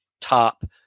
top